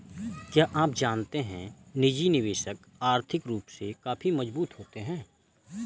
क्या आप जानते है निजी निवेशक आर्थिक रूप से काफी मजबूत होते है?